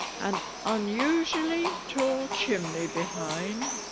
an unusually tall chimney behind